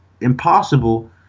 impossible